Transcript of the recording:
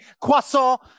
croissant